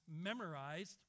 memorized